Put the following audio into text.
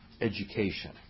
education